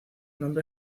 nombre